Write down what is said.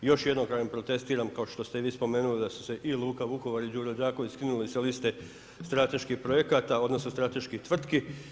Još jednom kažem protestiram kao što ste i vi spomenuli da su se i Luka Vukovar i Đuro Đaković skinuli sa liste strateških projekata odnosno strateških tvrtki.